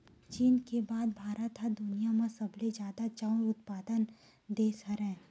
चीन के बाद भारत ह दुनिया म सबले जादा चाँउर उत्पादक देस हरय